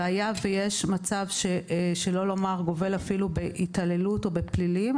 והיה ויש מצב שגובל בהתעללות או בפלילים,